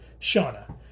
Shauna